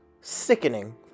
Sickening